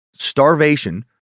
starvation